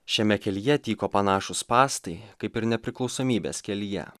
šiame kelyje tyko panašūs spąstai kaip ir nepriklausomybės kelyje